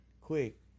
quick